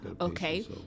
Okay